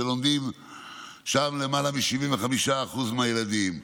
שם שלומדים יותר מ-75% מהילדים?